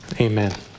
amen